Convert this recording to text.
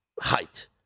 height